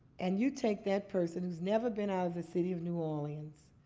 and you take that person who's never been out of the city of new orleans,